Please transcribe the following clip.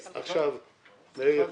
כבוד היושב-ראש, שוב,